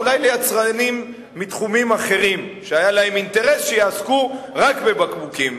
אולי ליצרנים מתחומים אחרים שהיה להם אינטרס שיעסקו רק בבקבוקים.